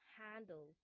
handle